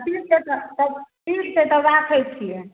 ठीक छै तऽ तब ठीक छै तब राखै छिए